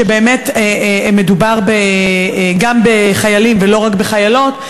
שבאמת מדובר גם בחיילים ולא רק בחיילות.